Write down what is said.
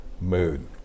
mood